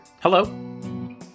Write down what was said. Hello